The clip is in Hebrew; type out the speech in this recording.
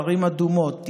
ערים אדומות,